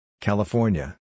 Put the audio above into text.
California